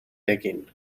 digging